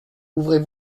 ouvrez